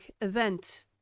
event